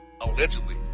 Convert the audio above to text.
Allegedly